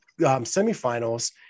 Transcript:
semifinals